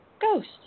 ghost